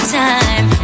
time